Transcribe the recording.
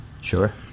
sure